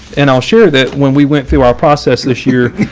and i'll share that when we went through our process this year.